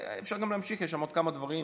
אפשר גם להמשיך, יש שם עוד כמה דברים.